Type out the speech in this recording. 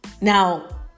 now